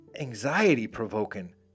anxiety-provoking